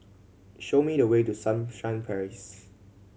show me the way to Sunshine Place